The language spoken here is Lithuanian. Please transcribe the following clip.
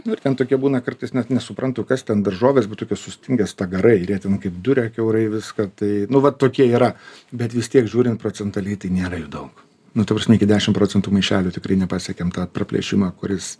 nu ir ten tokie būna kartais net nesuprantu kas ten daržovės bet tokie sustingę stagarai ir jie ten kaip duria kiaurai viską tai nu va tokie yra bet vis tiek žiūrint procentaliai tai nėra ir daug nu ta prasme iki dešim procentų maišelių tikrai nepasiekėm tą praplėšimą kuris